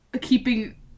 ...keeping